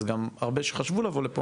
אז גם הרבה שחשבו לבוא לפה,